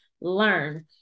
Learn